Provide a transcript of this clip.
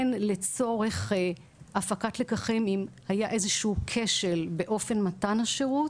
הן לצורך הפקת לקחים אם היה איזה שהוא כשל באופן מתן השירות